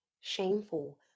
shameful